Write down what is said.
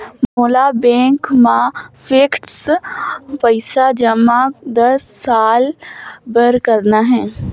मोला बैंक मा फिक्स्ड पइसा जमा दस साल बार करना हे?